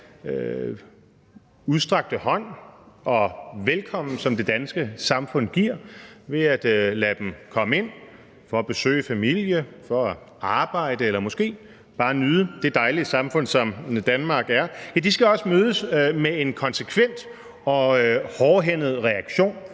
udstrakte hånd og velkomst, som det danske samfund giver ved at lade dem komme ind for at besøge familie, for at arbejde eller måske bare for at nyde det dejlige samfund, som Danmark er, også skal mødes med en konsekvent og hårdhændet reaktion,